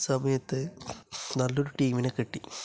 സമയത്ത് നല്ലൊരു ടീമിനെ കിട്ടി